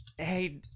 Hey